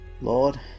Lord